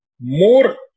more